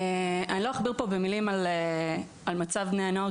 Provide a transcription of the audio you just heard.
אני לא אכביר פה במילים על מצב בני הנוער,